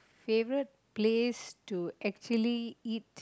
favourite place to actually eat